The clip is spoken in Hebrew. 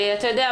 אתה יודע,